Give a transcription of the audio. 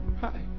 Hi